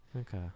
Okay